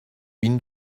bin